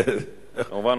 כמובן,